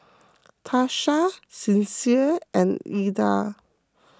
Tasha Sincere and Illa